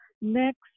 next